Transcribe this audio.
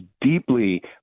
deeply